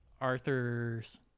Arthur's